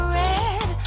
red